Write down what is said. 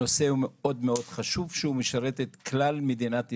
הנושא הוא מאוד מאוד חשוב כי הוא משרת את כלל מדינת ישראל,